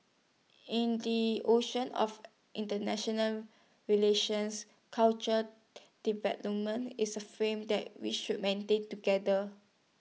in the ocean of International relations cultural development is A flame that we should maintain together